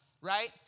right